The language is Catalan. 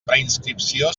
preinscripció